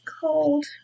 cold